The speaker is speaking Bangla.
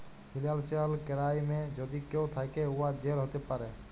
ফিলালসিয়াল কেরাইমে যদি কেউ থ্যাকে, উয়ার জেল হ্যতে পারে